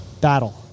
battle